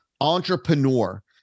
entrepreneur